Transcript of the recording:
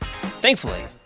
thankfully